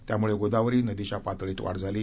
त्यामुळे गोदावरी नदीच्या पातळीत वाढ झाली आहे